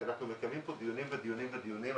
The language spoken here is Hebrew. כי אנחנו מקיימים פה דיונים ודיונים ודיונים,